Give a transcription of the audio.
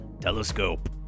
Telescope